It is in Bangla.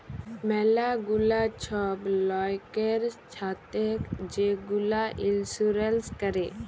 ম্যালা গুলা ছব লয়কের ছাথে যে গুলা ইলসুরেল্স ক্যরে